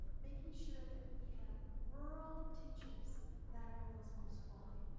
making sure that we have rural teachers that are those most quality.